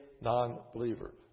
non-believer